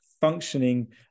functioning